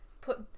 Put